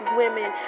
women